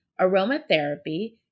aromatherapy